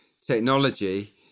technology